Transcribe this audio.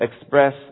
express